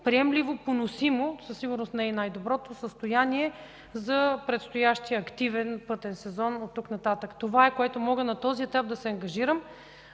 приемливо, поносимо, със сигурност не и най-доброто състояние, за предстоящия активен пътен сезон оттук нататък. Това е, с което мога да се ангажирам